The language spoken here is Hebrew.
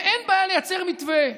ואין בעיה לייצר מתווה,